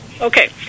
Okay